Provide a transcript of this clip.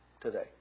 today